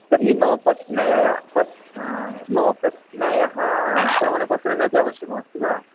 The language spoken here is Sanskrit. तर्हि मम मम पत्न्यः प्रमाणपत्राणि अपि आवश्यकमस्ति वा